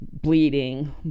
bleeding